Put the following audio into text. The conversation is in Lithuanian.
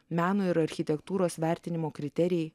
meno ir architektūros vertinimo kriterijai